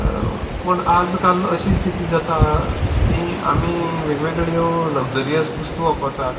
पूण आज काल अशी स्थिती जाता की आमी वेगवेगळ्यो लग्जरियस वस्तू वापरतात